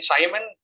Simon